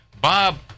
Bob